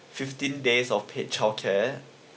fifteen days of paid childcare